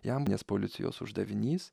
jam nes policijos uždavinys